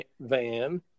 van